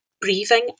breathing